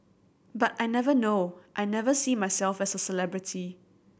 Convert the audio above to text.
but I never know I never see myself as a celebrity